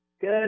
good